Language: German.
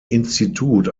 institut